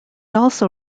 also